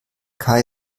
kai